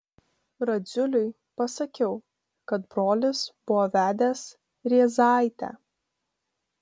radziuliui pasakiau kad brolis buvo vedęs rėzaitę